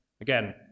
Again